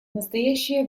настоящее